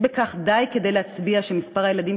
יש בכך כדי להצביע על כך שמספר הילדים